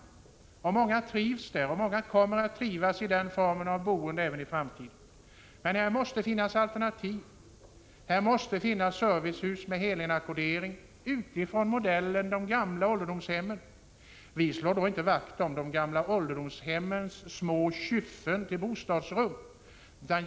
Det är många som trivs och många som kommer att trivas i den formen av boende även i framtiden. Men här måste finnas alternativ, t.ex. servicehus med helinackordering och med modell från de gamla ålderdomshemmen. Vi slår nu inte vakt om de gamla ålderdomshemmens små kyffen till bostadsrum.